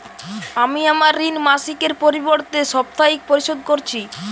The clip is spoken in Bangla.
আমি আমার ঋণ মাসিকের পরিবর্তে সাপ্তাহিক পরিশোধ করছি